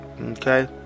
Okay